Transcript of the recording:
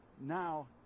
now